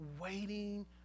waiting